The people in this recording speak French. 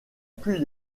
plus